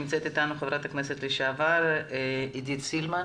נמצאת איתנו ח"כ לשעבר עידית סילמן.